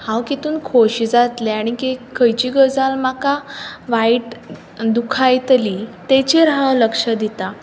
कितून खोशी जातलें आनी खंयची गजाल म्हाका वायट दुखयतली तेजेर हांव लक्ष दितां